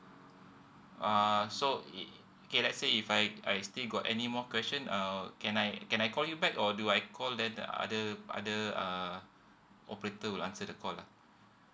uh so it okay let say if I I still got anymore question uh can I can I call you back or do I call then the other the other uh operator will answer the call ah